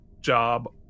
job